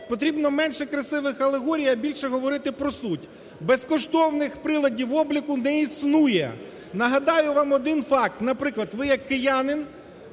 потрібно менше красивих алегорій, а більше говорити про суть. Безкоштовних приладів обліку не існує! Нагадаю вам один факт. Наприклад, ви як киянин